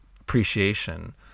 appreciation